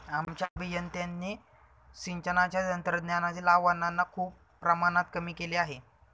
आमच्या अभियंत्यांनी सिंचनाच्या तंत्रज्ञानातील आव्हानांना खूप प्रमाणात कमी केले आहे